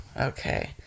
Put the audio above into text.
okay